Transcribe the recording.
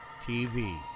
TV